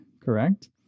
correct